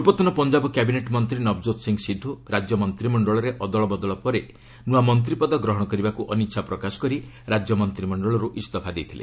ପୂର୍ବତନ ପଞ୍ଜାବ କ୍ୟାବିନେଟ୍ ମନ୍ତ୍ରୀ ନବଜ୍ୟୋତ ସିଂହ ସିଦ୍ଧ ରାଜ୍ୟ ମନ୍ତ୍ରିମଣ୍ଡଳରରେ ଅଦଳବଦଳ ପରେ ନ୍ତଆ ମନ୍ତ୍ରୀ ପଦ ଗ୍ରହଣ କରିବାକୁ ଅନିଚ୍ଛା ପ୍ରକାଶ କରି ରାଜ୍ୟ ମନ୍ତ୍ରିମଣ୍ଡଳରୁ ଇସଫା ଦେଇଥିଲେ